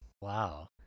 Wow